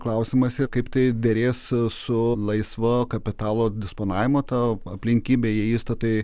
klausimas kaip tai derės su laisvo kapitalo disponavimo ta aplinkybe jei įstatai